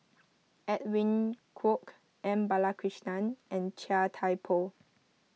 Edwin Koek M Balakrishnan and Chia Thye Poh